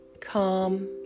calm